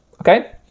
okay